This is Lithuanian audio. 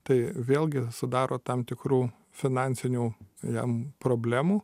tai vėlgi sudaro tam tikrų finansinių jam problemų